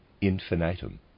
infinitum